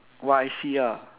what I see ah